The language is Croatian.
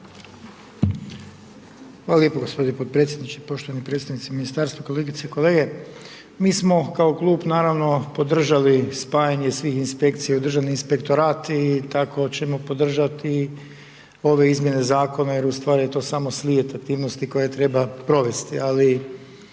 Hvala lijepo g. potpredsjedniče, poštovani predstavnici ministarstva, kolegice i kolege, mi smo kao klub naravno podržali spajanje svih inspekcija u Državni inspektorat i tako ćemo podržati i ove izmjene zakona jer u stvari to je samo slijed aktivnosti koje treba provesti,